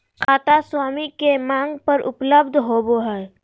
खाता स्वामी के मांग पर उपलब्ध होबो हइ